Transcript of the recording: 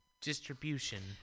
distribution